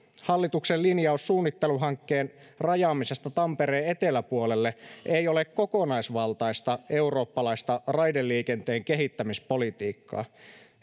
hallituksen linjaus suunnitteluhankkeen rajaamisesta tampereen eteläpuolelle ei ole kokonaisvaltaista eurooppalaista raideliikenteen kehittämispolitiikkaa